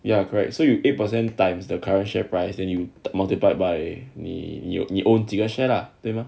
ya correct so you eight present times the current share price then you multiplied by 你有你 own 几个 share lah 对吗